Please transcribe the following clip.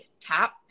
tap